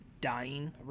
dying